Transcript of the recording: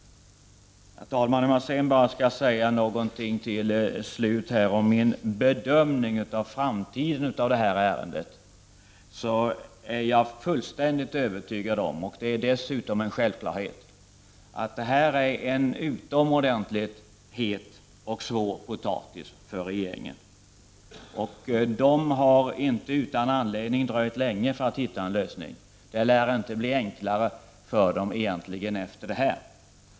Herr talman! När det gäller bedömningen inför framtiden av det här ärendet är jag fullständigt övertygad om — vilket dessutom är en självklarhet — att detta är en utomordentligt het och svår potatis för regeringen. Den har inte utan anledning dröjt länge med att finna en lösning. Det lär inte bli lättare efter det här.